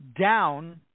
down